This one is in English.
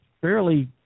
fairly